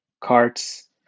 carts